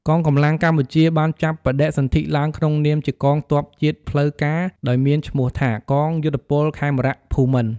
កងកម្លាំងកម្ពុជា បានចាប់បដិសន្ធិឡើងក្នុងនាមជាកងទ័ពជាតិផ្លូវការណ៍ ដោយមានឈ្មោះថា "កងយោធពលខេមរៈភូមិន្ទ" ។